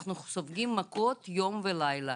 אנחנו סופגים מכות יום ולילה.